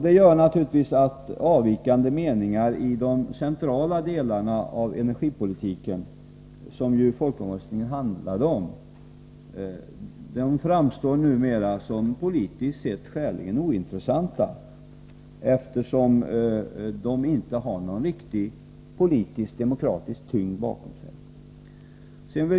Det gör naturligtvis att avvikande meningar i de centrala delarna av energipolitiken, som folkomröstningen handlade om, politiskt sett numera framstår som skäligen ointressanta, eftersom de inte har någon riktig politisk, demokratisk tyngd bakom sig.